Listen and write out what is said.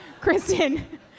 Kristen